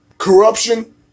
corruption